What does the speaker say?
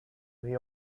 may